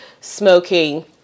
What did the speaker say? Smoking